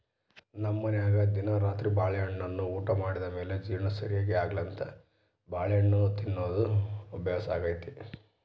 ನಮ್ಮನೆಗ ದಿನಾ ರಾತ್ರಿ ಬಾಳೆಹಣ್ಣನ್ನ ಊಟ ಮಾಡಿದ ಮೇಲೆ ಜೀರ್ಣ ಸರಿಗೆ ಆಗ್ಲೆಂತ ಬಾಳೆಹಣ್ಣು ತಿನ್ನೋದು ಅಭ್ಯಾಸಾಗೆತೆ